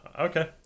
Okay